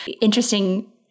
interesting